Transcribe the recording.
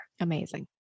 Amazing